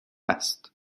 است